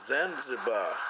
Zanzibar